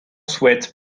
souhaite